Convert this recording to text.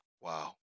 Wow